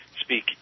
speak